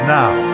now